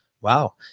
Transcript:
Wow